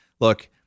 look